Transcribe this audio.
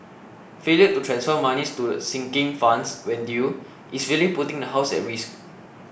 failure to transfer monies to sinking funds when due is really putting the house at risk